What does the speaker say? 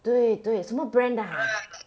对对什么 brand 的 ha